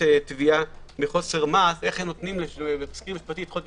תביעה מחוסר מעש - איך הם נותנים למזכיר משפטי לדחות.